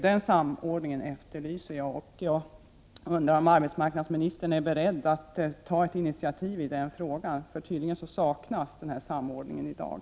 Jag efterlyser en samordning. Jag undrar om arbetsmarknadsministern är beredd att ta ett initiativ i den frågan. Tydligen saknas denna samordning i dag.